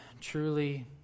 truly